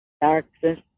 Darkness